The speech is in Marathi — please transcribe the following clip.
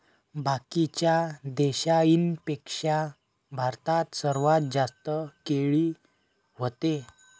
बाकीच्या देशाइंपेक्षा भारतात सर्वात जास्त केळी व्हते